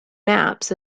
maps